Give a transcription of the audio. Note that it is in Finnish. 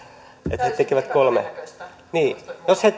että he tekevät kolme niin jos he